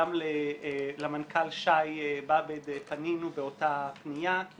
גם למנכ"ל שי באב"ד פנינו באותה פניה כי